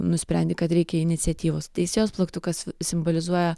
nusprendi kad reikia iniciatyvos teisėjos plaktukas simbolizuoja